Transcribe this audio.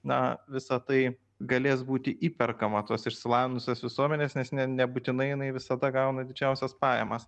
na visa tai galės būti įperkama tos išsilavinusios visuomenės nes ne nebūtinai visada gauna didžiausias pajamas